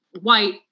White